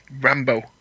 Rambo